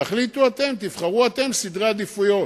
תחליטו אתם, תבחרו אתם סדרי עדיפויות.